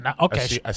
Okay